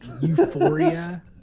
euphoria